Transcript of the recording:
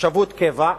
תושבות קבע,